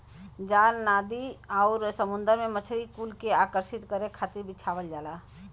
जाल नदी आउरी समुंदर में मछरी कुल के आकर्षित करे खातिर बिछावल जाला